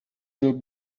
will